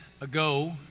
ago